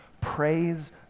praise